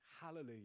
Hallelujah